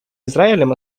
израилем